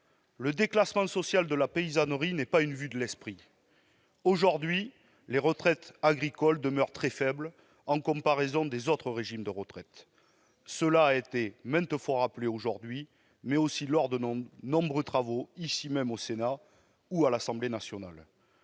Le déclassement social de la paysannerie n'est pas une vue de l'esprit. Aujourd'hui les retraites agricoles demeurent très faibles, en comparaison de celles des autres régimes. Cela a maintes fois été rappelé aujourd'hui, mais aussi lors de nombreux travaux ici, au Sénat, ou à l'Assemblée nationale.